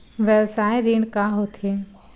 व्यवसाय ऋण का होथे?